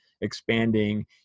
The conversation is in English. expanding